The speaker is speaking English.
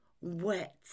wet